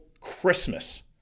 Christmas